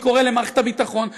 אני קורא למערכת הביטחון,